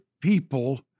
people